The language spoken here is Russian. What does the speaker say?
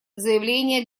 заявления